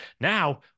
now